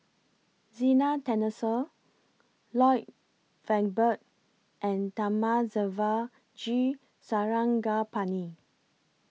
Zena Tessensohn Lloyd Valberg and Thamizhavel G Sarangapani